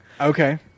Okay